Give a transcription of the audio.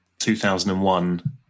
2001